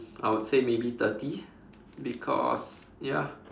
I would say maybe thirty because ya